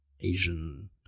Asian